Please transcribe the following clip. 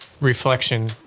reflection